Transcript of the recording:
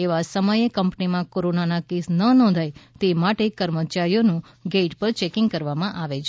એવા સમયે કંપનીમાં કોરોનાના કેસ ન નોંધાય તે માટે કર્મચારીઓનું ગેઇટ પર ચેકિંગ કરવામાં આવે છે